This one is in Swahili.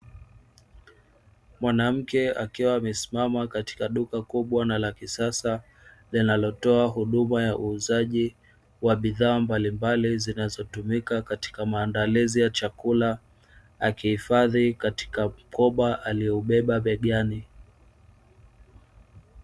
Mwanamke akiwa amesimama katika duka kubwa na la kisasa, linalotoa huduma ya uuzaji wa bidhaa mbalimbali zinazotumika katika maandalizi ya chakula akihifadhi katika mkoba alioubeba begani.